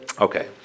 Okay